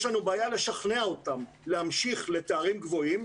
יש לנו בעיה לשכנע אותם להמשיך לתארים גבוהים,